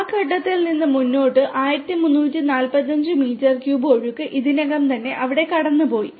ആ ഘട്ടത്തിൽ നിന്ന് മുന്നോട്ട് 1345 മീറ്റർ ക്യൂബ് ഒഴുക്ക് ഇതിനകം അവിടെ കടന്നുപോയി